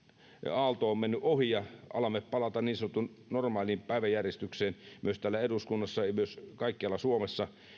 aalto on mennyt ohi ja alamme palata niin sanottuun normaaliin päiväjärjestykseen myös täällä eduskunnassa ja myös kaikkialla suomessa